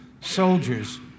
soldiers